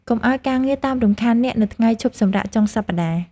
កុំឱ្យការងារតាមរំខានអ្នកនៅថ្ងៃឈប់សម្រាកចុងសប្តាហ៍។